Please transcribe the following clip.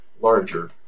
larger